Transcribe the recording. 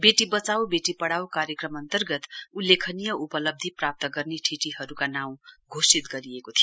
वेटी बचाओ बेटी पढ़ाओ कार्यक्रम अन्तर्गत उल्लेखनीय उपलब्धी प्राप्त गर्ने ठिटीहरुका नाउँ घोषित गरिएको थियो